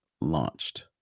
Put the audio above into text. launched